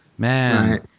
Man